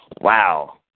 Wow